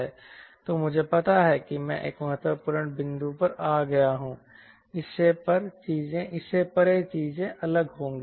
तो मुझे पता है कि मैं एक महत्वपूर्ण बिंदु पर आ गया हूं इससे परे चीजें अलग होंगी